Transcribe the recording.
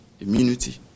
Immunity